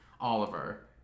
Oliver